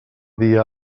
dia